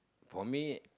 for me